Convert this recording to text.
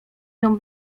nią